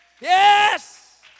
Yes